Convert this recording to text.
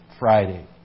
Friday